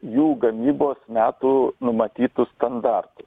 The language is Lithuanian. jų gamybos metų numatytus standartus